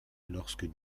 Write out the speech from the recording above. lorsque